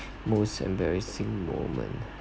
most embarrassing moment